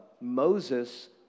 Moses